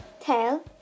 tail